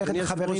אדוני יושב הראש,